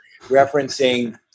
referencing